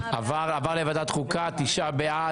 עבר לוועדת החוקה תשעה בעד,